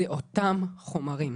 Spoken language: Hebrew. אלה אותם חומרים.